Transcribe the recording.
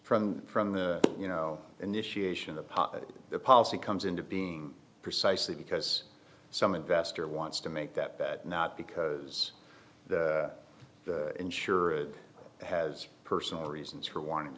from from the you know initiation of the policy comes into being precisely because some investor wants to make that bet not because the insurer has personal reasons for wanting